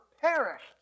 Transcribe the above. perished